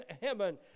heaven